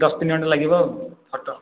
ଦଶ ଦିନ ଖଣ୍ଡେ ଲାଗିବଆଉ ଫଟୋ